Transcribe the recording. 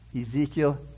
Ezekiel